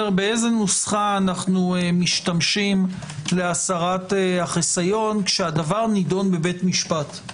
באיזו נוסחה אנו משתמשים להסרת החיסיון כשהדבר נדון בבית משפט.